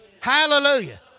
Hallelujah